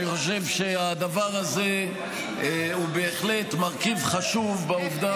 אני חושב שהדבר הזה הוא בהחלט מרכיב חשוב בעובדה